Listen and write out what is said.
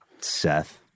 Seth